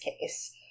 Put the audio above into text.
case